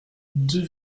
deux